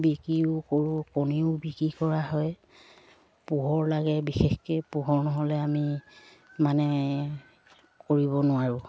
বিক্ৰীও কৰোঁ কণীও বিক্ৰী কৰা হয় পোহৰ লাগে বিশেষকৈ পোহৰ নহ'লে আমি মানে কৰিব নোৱাৰোঁ